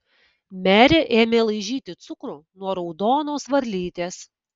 merė ėmė laižyti cukrų nuo raudonos varlytės